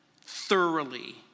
thoroughly